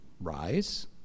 rise